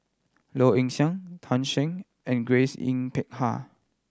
Low Ing Sing Tan Shen and Grace Yin Peck Ha